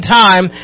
time